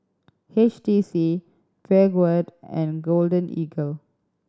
H T C Peugeot and Golden Eagle